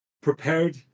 prepared